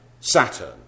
Saturn